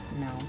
No